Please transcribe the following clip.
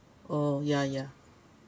oh ya ya